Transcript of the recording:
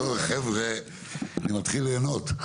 נו, חבר'ה, אני מתחיל ליהנות.